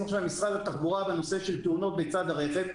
עכשיו עם משרד התחבורה בנושא של תאונות בצד הרכב.